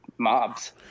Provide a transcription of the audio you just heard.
mobs